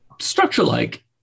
structure-like